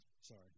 Sorry